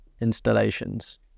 installations